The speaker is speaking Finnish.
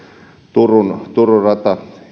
turun turun rata